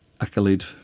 accolade